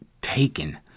taken